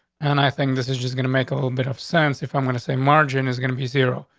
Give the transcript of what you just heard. and i think this is just gonna make a little bit of sense if i'm gonna say margin is gonna be zero,